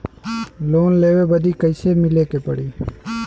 Loan लेवे बदी कैसे मिले के पड़ी?